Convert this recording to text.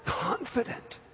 confident